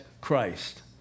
christ